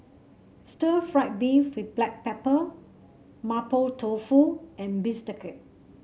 Stir Fried Beef with Black Pepper Mapo Tofu and Bistake